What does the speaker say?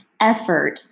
effort